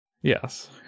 yes